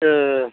ए